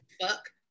fuck